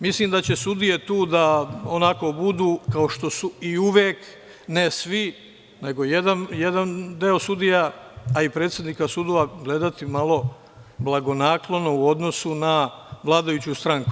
Mislim da će sudije tu da budu, kao što su i uvek, ne svi, nego jedan deo sudija, a i predsednika sudova gledati malo blagonaklono u odnosu na vladajuću stranku.